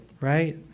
right